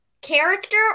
Character